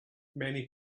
many